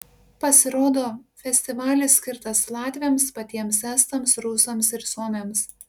pasirodo festivalis skirtas latviams patiems estams rusams ir suomiams